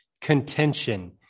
contention